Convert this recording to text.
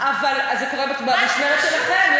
אבל זה קורה במשמרת שלכם.